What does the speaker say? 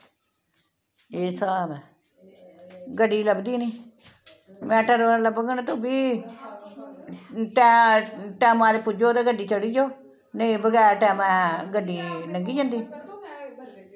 एह् स्हाब ऐ गड्डी लभदी नी मैटाडोरां लब्भङन ते ओह् बी टै टैमा दे पुज्जो ते गड्डी चढ़ी जाओ नेईं बगैर टैमै गड्डी लंघी जंदी